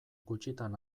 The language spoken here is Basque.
gutxitan